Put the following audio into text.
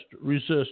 resist